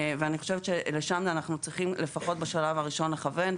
ואני חושבת שלשם אנחנו צריכים לפחות בשלב הראשון לכוון,